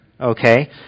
okay